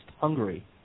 Hungary